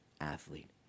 athlete